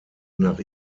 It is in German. nach